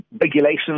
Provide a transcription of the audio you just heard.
regulations